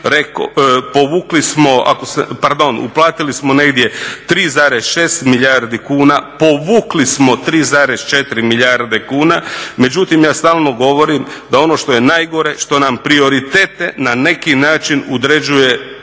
Uplatili smo negdje 3,6 milijardi kuna, povukli smo 3,4 milijarde kuna. Međutim, ja stalno govorim da ono što je najgore što nam prioritete na neki način određuje